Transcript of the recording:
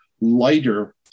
lighter